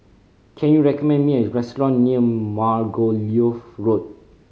can you recommend me a restaurant near Margoliouth Road